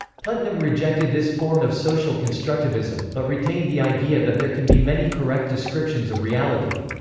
putnam rejected this form of social constructivism, but retained the idea that there can be many correct descriptions of reality.